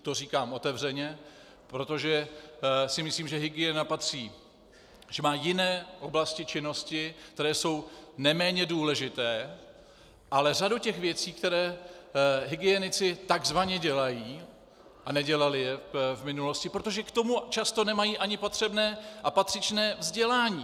To říkám otevřeně, protože si myslím, že hygiena má jiné oblasti činnosti, které jsou neméně důležité, ale je řada věcí, které hygienici takzvaně dělají a nedělali je v minulosti, protože k tomu často nemají ani potřebné a patřičné vzdělání.